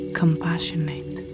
compassionate